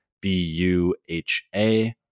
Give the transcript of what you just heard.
B-U-H-A